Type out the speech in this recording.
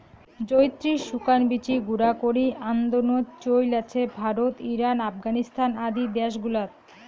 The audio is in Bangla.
জয়িত্রির শুকান বীচি গুঁড়া করি আন্দনোত চৈল আছে ভারত, ইরান, আফগানিস্তান আদি দ্যাশ গুলাত